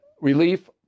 relief